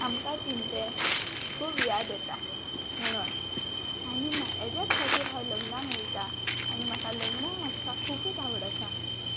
आमकां तिंचे खूब याद येता म्हणून आनी मा हेज्यात खातीर हांव लग्नाक वयता आनी म्हाका लग्नांक वचपाक खुबूच आवडटा